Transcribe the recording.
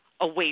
away